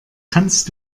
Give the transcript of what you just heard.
kannst